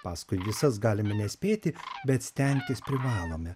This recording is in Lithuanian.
paskui visas galime nespėti bet stengtis privalome